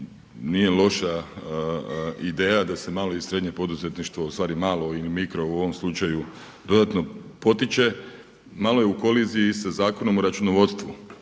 nije loša ideja da se malo i srednje poduzetništvo, ustvari malo ili mikro u ovom slučaju dodatno potiče. Malo je u koliziji sa Zakonom o računovodstvu